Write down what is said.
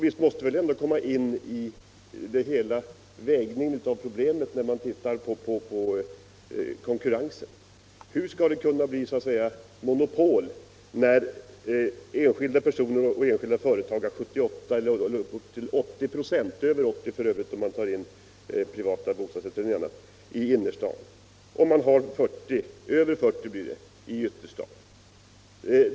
Visst måste konkurrensen komma in i vägningen av problemet. Hur skall det kunna bli kommunalt monopol när enskilda personer och företag har över 80 96 av lägenheterna i innerstaden och över 40 96 i ytterstaden.